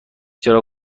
چراغ